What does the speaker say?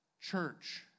church